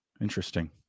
Interesting